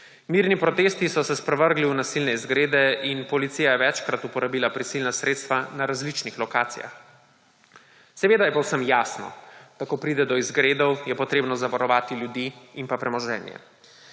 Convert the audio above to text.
Mirni protesti so se sprevrgli v nasilne izgrede in policija je večkrat uporabila prisilna sredstva na različnih lokacijah. Seveda je povsem jasno, da ko pride do izgredov, je treba zavarovati ljudi in premoženje.